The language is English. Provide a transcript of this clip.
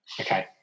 Okay